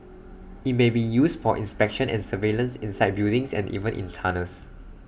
IT may be used for inspection and surveillance inside buildings and even in tunnels